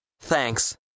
Thanks